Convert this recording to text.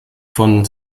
von